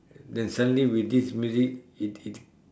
then suddenly with this music it it